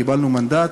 קיבלנו מנדט,